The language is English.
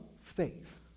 faith